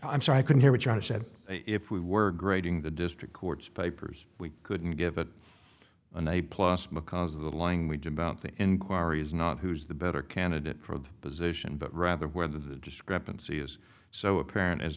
i'm sorry i couldn't hear what you said if we were grading the district court's papers we couldn't give it an a plus because of the lying we did about the inquiry is not who's the better candidate for the position but rather where the discrepancy is so apparent as